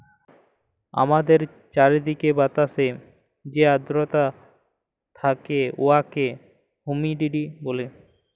আমাদের চাইরদিকের বাতাসে যে আদ্রতা থ্যাকে উয়াকে হুমিডিটি ব্যলে